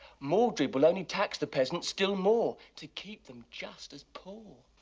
mordred will only tax the peasants still more to keep them just as poor.